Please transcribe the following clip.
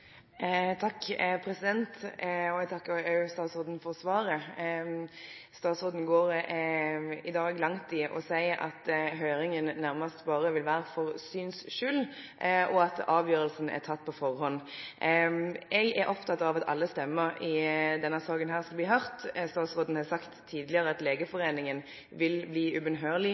Jeg takker statsråden for svaret. Statsråden går i dag langt i å si at høringen nærmest bare vil være for syns skyld, og at avgjørelsen er tatt på forhånd. Jeg er opptatt av at alle stemmer i denne saken skal bli hørt. Statsråden har tidligere sagt at Legeforeningen vil bli ubønnhørlig